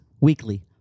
weekly